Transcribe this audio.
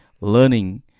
learning